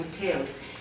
details